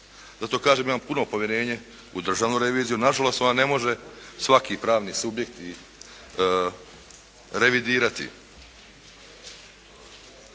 Zato kažem imam puno povjerenje u Državnu reviziju. Na žalost ona ne može svaki pravni subjekt i revidirati.